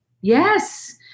Yes